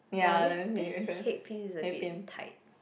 !wah! this this headpiece is a bit tight